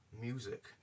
music